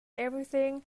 everything